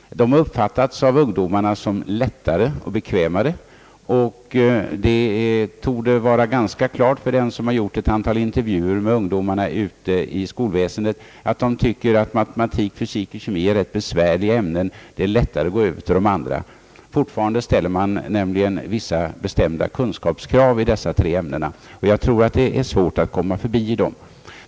De har av ungdomarna uppfattats som lättare och bekvämare, och det torde för den som har gjort ett antal intervjuer med ungdomar inom skolväsendet vara klart, att de tycker att matematik, fysik och kemi är ganska besvärliga ämnen — det är lättare att gå över till de andra. Fortfarande ställer man nämligen vissa bestämda kunskapskrav i dessa tre ämnen, och jag tror att det är svårt att komma förbi dem.